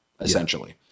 essentially